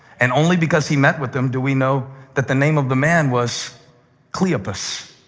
and only because he met with them do we know that the name of the man was cleopas.